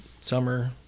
summer